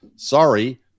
sorry